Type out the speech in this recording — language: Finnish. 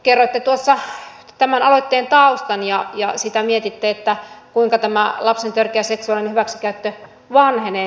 kerroitte tuossa tämän aloitteen taustan ja sitä mietitte kuinka tämä lapsen törkeä seksuaalinen hyväksikäyttö vanhenee